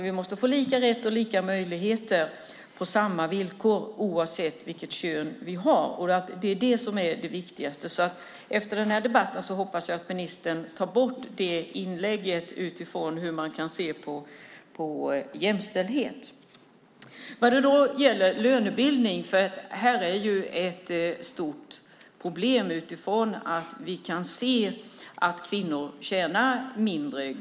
Vi måste få lika rätt, lika möjligheter och samma villkor, oavsett vilket kön vi har. Det är det som är det viktigaste. Efter den här debatten hoppas jag att ministern tar bort det inlägget utifrån hur man kan se på jämställdhet. Lönebildningen är ett stort problem; vi kan se att kvinnor tjänar mindre.